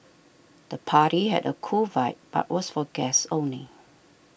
the party had a cool vibe but was for guests only